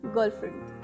Girlfriend